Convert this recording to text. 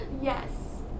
Yes